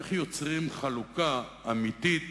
איך יוצרים חלוקה אמיתית